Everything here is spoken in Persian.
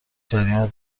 جریان